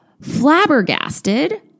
flabbergasted